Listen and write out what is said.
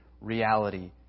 reality